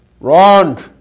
Wrong